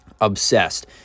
Obsessed